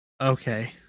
Okay